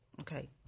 Okay